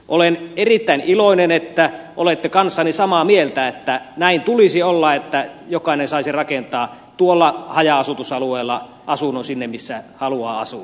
olen erittäin iloinen että olette kanssani samaa mieltä että näin tulisi olla että jokainen saisi rakentaa tuolla haja asutusalueella asunnon sinne missä haluaa asua